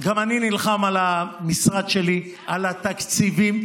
גם אני נלחם על המשרד שלי, על התקציבים.